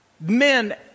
men